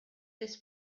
this